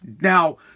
Now